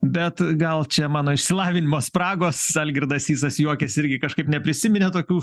bet gal čia mano išsilavinimo spragos algirdas sysas juokiasi irgi kažkaip neprisiminė tokių